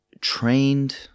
trained